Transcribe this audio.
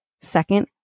Second